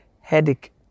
headache